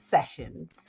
Sessions